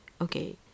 Okay